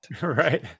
right